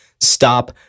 stop